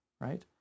right